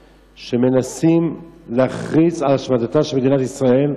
שמנסים להכריז על השמדתה של מדינת ישראל,